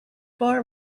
bar